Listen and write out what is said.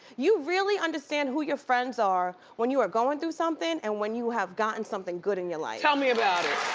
you really understand who your friends are, when you are going through something and when you have gotten something good in your life. tell me about it!